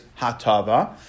Hatava